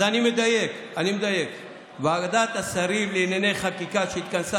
אז אני מדייק: ועדת השרים לענייני חקיקה שהתכנסה